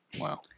Wow